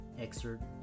excerpt